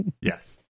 Yes